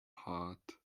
heart